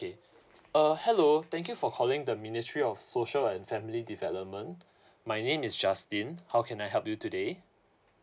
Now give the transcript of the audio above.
uh hello thank you for calling the ministry of social and family development my name is justin how can I help you today